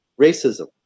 racism